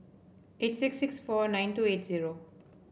eight six six four nine two eight zero